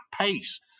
pace